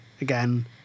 again